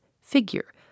figure